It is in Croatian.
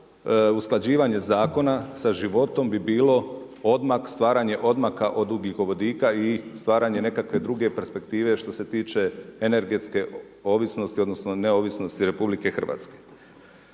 usklađivanje zakona sa životom bi bilo odmak, stvaranje odmaka od ugljikovodika i stvaranje nekakve druge perspektivne što se tiče energetske ovisnosti, odnosno neovisnosti RH. Da je ova